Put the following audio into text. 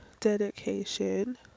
dedication